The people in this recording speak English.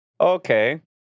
Okay